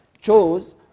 chose